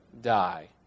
die